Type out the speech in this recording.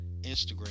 Instagram